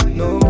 no